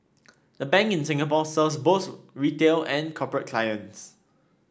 the bank in Singapore serves both retail and corporate clients